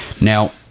Now